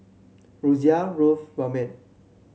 Rosia love Ramen